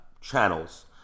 channels